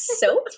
Soap